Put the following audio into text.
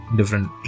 different